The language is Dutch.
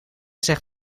zegt